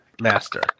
master